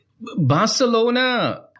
Barcelona